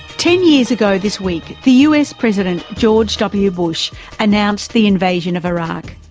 ten years ago this week, the us president george w bush announced the invasion of iraq.